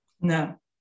No